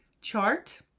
chart